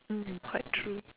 mm quite true